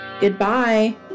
Goodbye